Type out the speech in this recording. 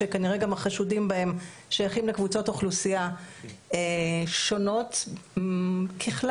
שכנראה גם החשודים בהם שייכים לקבוצות אוכלוסייה שונות ככלל,